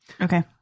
Okay